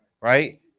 Right